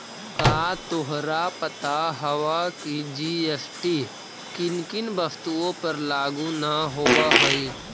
का तोहरा पता हवअ की जी.एस.टी किन किन वस्तुओं पर लागू न होवअ हई